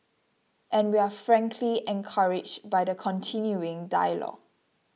and we're frankly encouraged by the continuing dialogue